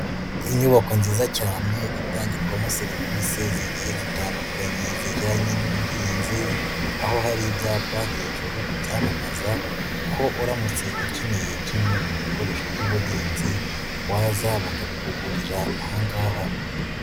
Inyubako nziza cyane itangirwamo serivisi zigiye zitandukanye zijyanye n'ubuhinzi, aho hari ibyapa hejuru bibyamamaza ko uramutse ukeneye kimwe mu bikoresho by'ubuhinzi, waza bakabikugurira aha ngaha.